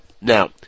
Now